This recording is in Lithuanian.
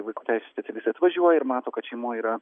vaiko teisių specialistai atvažiuoja ir mato kad šeimoj yra